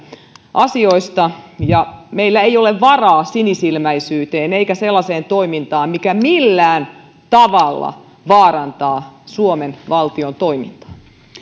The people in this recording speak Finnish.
asioista ja meillä ei ole varaa sinisilmäisyyteen eikä sellaiseen toimintaan mikä millään tavalla vaarantaa suomen valtion toimintaa